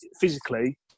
physically